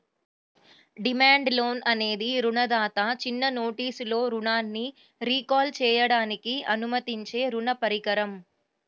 demand loan అనేది రుణదాత చిన్న నోటీసులో రుణాన్ని రీకాల్ చేయడానికి అనుమతించే రుణ పరికరం